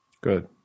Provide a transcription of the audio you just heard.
Good